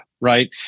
Right